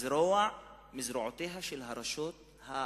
זרוע מזרועותיה של הרשות המבצעת.